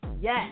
Yes